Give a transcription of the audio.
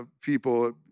people